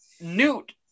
Newt